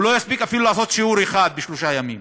הוא לא יספיק לעשות אפילו שיעור אחד בשלושה ימים.